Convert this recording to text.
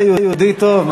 אתה יהודי טוב.